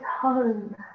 home